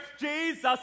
Jesus